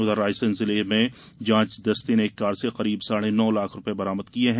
उधर रायसेन जिले में जांच दस्ते ने एक कार से करीब साढ़े नौ लाख रूपये बरामद किये हैं